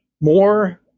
more